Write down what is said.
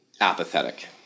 apathetic